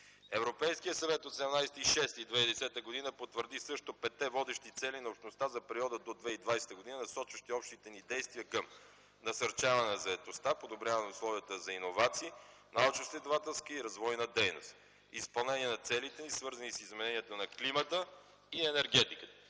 Европейският съвет от 17.06.2010 г. потвърди също петте водещи цели на общността за периода до 2020 г., насочващи общите ни действия към: насърчаване на заетостта; подобряване условията за иновации, научноизследователска и развойна дейност; изпълнение на целите, свързани с измененията на климата и енергетиката;